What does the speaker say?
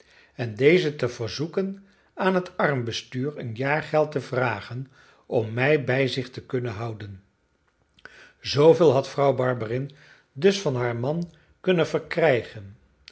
en dezen te verzoeken aan het armbestuur een jaargeld te vragen om mij bij zich te kunnen houden zooveel had vrouw barberin dus van haar man kunnen verkrijgen